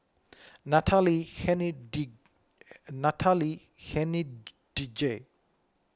Natalie Natalie Hennedige